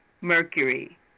mercury